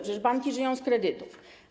Przecież banki żyją z kredytów.